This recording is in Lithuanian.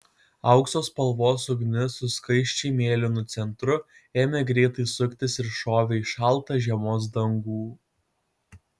aukso spalvos ugnis su skaisčiai mėlynu centru ėmė greitai suktis ir šovė į šaltą žiemos dangų